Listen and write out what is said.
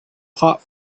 hot